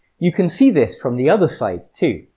you can see this from the other side, too.